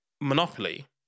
Monopoly